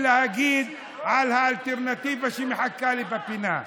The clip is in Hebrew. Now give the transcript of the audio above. להגיד על האלטרנטיבה שמחכה לי בפינה.